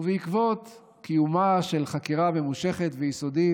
ובעקבות קיומה של חקירה ממושכת ויסודית,